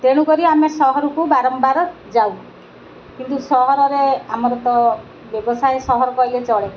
ତେଣୁକରି ଆମେ ସହରକୁ ବାରମ୍ବାର ଯାଉ କିନ୍ତୁ ସହରରେ ଆମର ତ ବ୍ୟବସାୟ ସହର କହିଲେ ଚଳେ